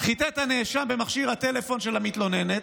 חיטט הנאשם במכשיר הטלפון של המתלוננת,